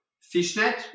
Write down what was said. fishnet